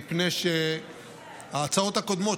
מפני שההצעות הקודמות,